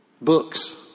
Books